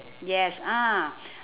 yes ah